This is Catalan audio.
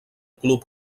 club